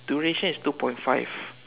duration is two point five